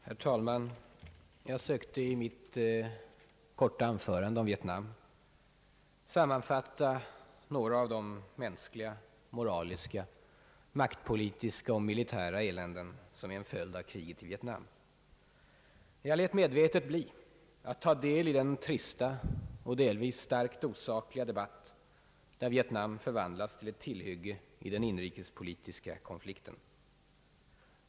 Herr talman! Jag sökte i mitt anförande om Vietnam sammanfatta några av Ang. Sveriges utrikesoch handelspolitik de mänskliga, moraliska, maktpolitiska och militära eländen som är en följd av kriget i Vietnam. Jag underlät medvetet att delta i den trista och delvis starkt osakliga debatt, där Vietnam förvandlats till ett tillhygge i den inrikespolitiska konflikten.